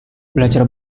belajar